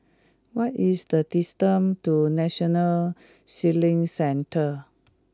what is the distance to National Sailing Centre